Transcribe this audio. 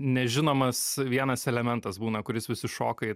nežinomas vienas elementas būna kuris visi įšoka į